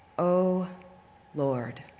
oh lord,